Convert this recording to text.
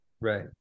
Right